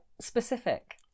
specific